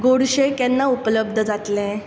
गोडशें केन्ना उपलब्द जातलें